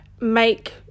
make